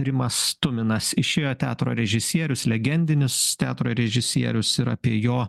rimas tuminas išėjo teatro režisierius legendinis teatro režisierius ir apie jo